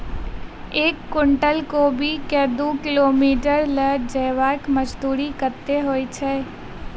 एक कुनटल कोबी केँ दु किलोमीटर लऽ जेबाक मजदूरी कत्ते होइ छै?